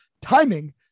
timing